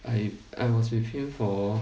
I I was with him for